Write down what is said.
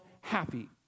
happy